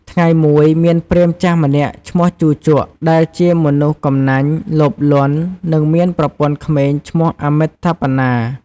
ថ្ងៃមួយ មានព្រាហ្មណ៍ចាស់ម្នាក់ឈ្មោះ ជូជក ដែលជាមនុស្សកំណាញ់ លោភលន់ និងមានប្រពន្ធក្មេងឈ្មោះ អមិត្តតាបនា។